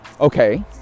okay